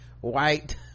white